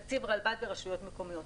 תקציב רלב"ד ברשויות מקומיות.